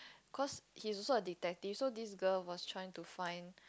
cause he's also a detective so this girl was trying to find